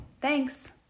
Thanks